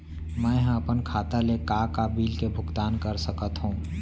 मैं ह अपन खाता ले का का बिल के भुगतान कर सकत हो